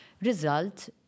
result